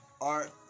art